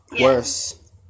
worse